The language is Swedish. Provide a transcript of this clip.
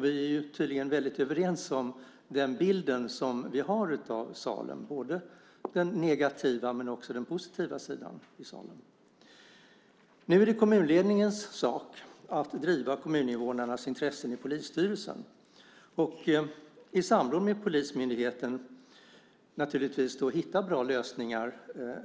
Vi är tydligen väldigt överens om den bild som vi har av Salem, både den negativa och den positiva. Nu är det kommunledningens sak att driva kommuninvånarnas intressen i polisstyrelsen och i samråd med polismyndigheten naturligtvis hitta bra lösningar